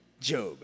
Job